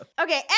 Okay